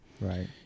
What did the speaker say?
right